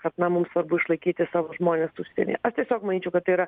kad na mums svarbu išlaikyti savo žmones užsienyje aš tiesiog manyčiau kad tai yra